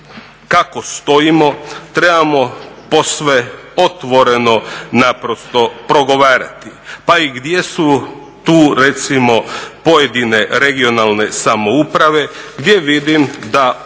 kako stojimo trebamo posve otvoreno naprosto progovarati. Pa i gdje su tu recimo pojedine regionalne samouprave, gdje vidim da